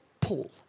Paul